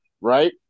Right